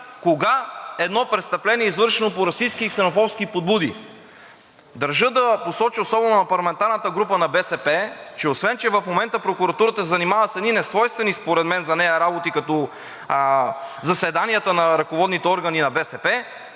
кога едно престъпление е извършено по расистки и ксенофобски подбуди. Държа да посоча, особено на парламентарната група на БСП, че освен че в момента прокуратурата се занимава с едни несвойствени според мен за нея работи, като заседанията на ръководните органи на БСП,